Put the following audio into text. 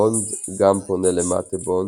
בונד גם פונה למאטה בונד,